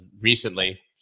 recently